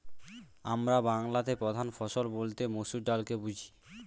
আমরা বাংলাতে প্রধান ফসল বলতে মসুর ডালকে বুঝি